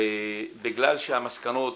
בגלל שהמסקנות